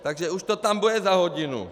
Takže už to tam bude za hodinu!